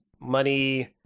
money